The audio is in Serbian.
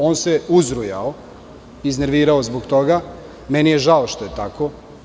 On se uzrujao, iznervirao zbog toga i meni je žao što je tako.